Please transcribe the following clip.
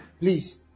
Please